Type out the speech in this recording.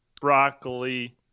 broccoli